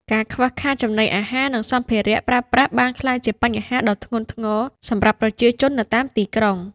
ការខ្វះខាតចំណីអាហារនិងសម្ភារៈប្រើប្រាស់បានក្លាយជាបញ្ហាដ៏ធ្ងន់ធ្ងរសម្រាប់ប្រជាជននៅតាមទីក្រុង។